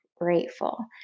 grateful